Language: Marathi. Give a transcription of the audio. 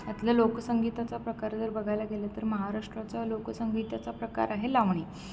त्यातल्या लोकसंगीताचा प्रकार जर बघायला गेलं तर महाराष्ट्राचा लोकसंगीताचा प्रकार आहे लावणी